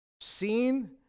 seen